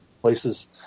places